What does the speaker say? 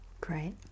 Great